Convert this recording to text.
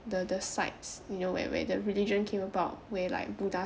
the the sites you know whe~ where the religion came about where like buddha